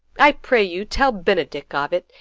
i pray you, tell benedick of it,